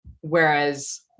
whereas